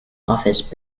office